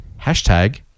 Hashtag